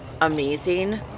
amazing